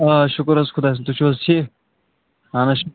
آ شُکُر حظ خۄدایَس تُہۍ چھِو حظ ٹھیٖک اَہَن حظ